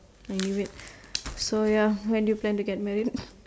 I knew it so ya when do you plan to get married